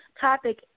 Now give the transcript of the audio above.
topic